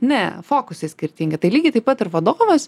ne fokusai skirtingi tai lygiai taip pat ir vadovas